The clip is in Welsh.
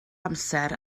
amser